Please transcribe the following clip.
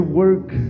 work